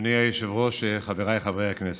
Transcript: אדוני היושב-ראש, חבריי חברי הכנסת,